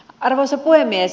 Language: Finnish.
arvoisa puhemies